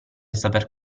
saperne